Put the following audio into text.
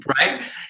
Right